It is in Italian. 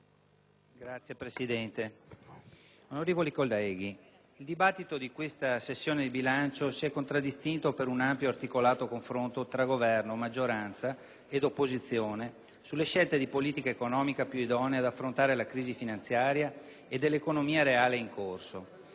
legge n. 1210*. Onorevoli colleghi, il dibattito di questa sessione di bilancio si è contraddistinto per un ampio e articolato confronto tra Governo, maggioranza ed opposizione sulle scelte di politica economica più idonee ad affrontare la crisi finanziaria e dell'economia reale in corso.